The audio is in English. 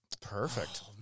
Perfect